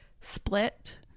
split